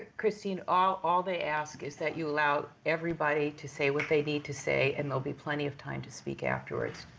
cristine, all all they ask is that you allow everybody to say what they need to say, and there'll be plenty of time to speak afterwards.